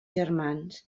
germans